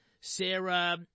Sarah